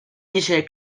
dice